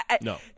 No